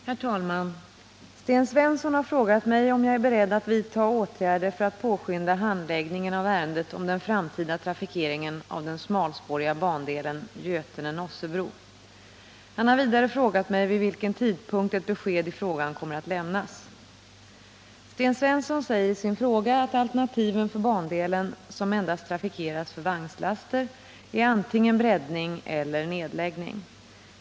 Herr talman! Sten Svensson har frågat mig om jag är beredd att vidta åtgärder för att påskynda handläggningen av ärendet om den framtida trafikeringen av den smalspåriga bandelen Götene-Nossebro. Han har vidare frågat mig vid vilken tidpunkt ett besked i frågan kommer att lämnas. Sten Svensson säger i sin fråga att alternativen för bandelen, som endast trafikeras för vagnslaster, är antingen breddning eller nedläggning.